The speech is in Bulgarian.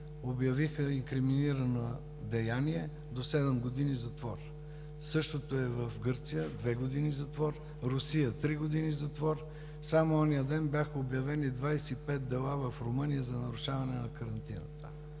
обявиха инкриминирано деяние до седем години затвор; същото е в Гърция – две години затвор; Русия – три години затвор; само онзи ден бяха обявени 25 дела в Румъния за нарушаване на карантината.